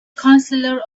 counselor